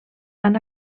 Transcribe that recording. han